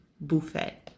buffet